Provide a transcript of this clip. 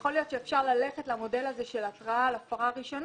יכול להיות שאפשר ללכת למודל הזה של התראה על הפרה ראשונה